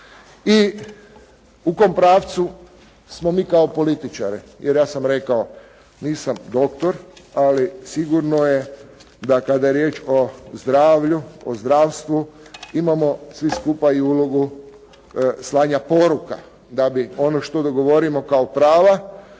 I u kom pravcu smo mi kao političari, jer ja sam rekao nisam doktor, ali sigurno je da kada je riječ o zdravlju, o zdravstvu, imamo svi skupa i ulogu slanja poruka da bi ono što dogovorimo kao prava,